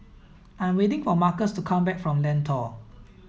I'm waiting for Marcus to come back from Lentor